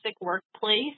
Workplace